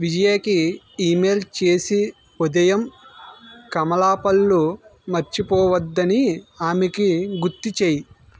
విజయకి email చేసి ఉదయం కమలా పళ్ళు మర్చిపోవద్దని ఆమెకి గుర్తు చేయి